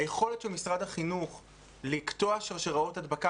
היכולת של משרד החינוך לקטוע שרשראות הדבקה